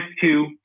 two